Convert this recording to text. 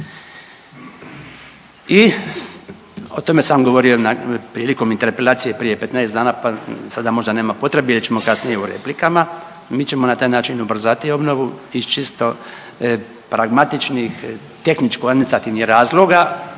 I o tome sam govorio prilikom interpelacije prije 15 dana pa sada možda nema potrebe jer ćemo kasnije u replikama, mi ćemo na taj način ubrzati obnovu iz čisto pragmatičnih, tehničko-administrativnih razloga,